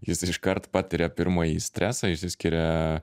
jis ir iškart patiria pirmąjį stresą išsiskiria